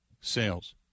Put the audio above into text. sales